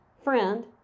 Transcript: friend